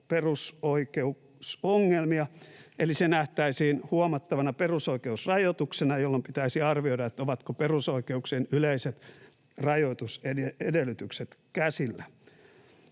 perusoikeusongelmia eli se nähtäisiin huomattavana perusoikeusrajoituksena, jolloin pitäisi arvioida, ovatko perusoikeuksien yleiset rajoitusedellytykset käsillä.